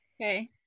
Okay